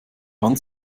hand